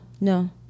no